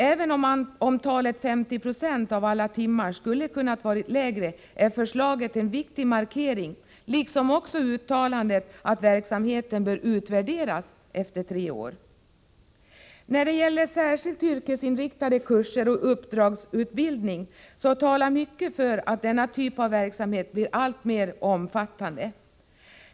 Även om talet 50 26 av alla timmar skulle ha kunnat vara än lägre, är förslaget en viktig markering liksom uttalandet att verksamheten bör utvärderas efter tre år. När det gäller särskilda yrkesinriktade kurser och uppdragsutbildning vill jag framhålla att mycket talar för att denna typ av verksamhet blir alltmer omfattande.